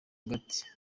agati